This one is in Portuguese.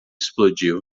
explodiu